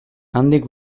handik